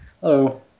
Hello